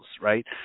right